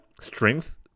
strength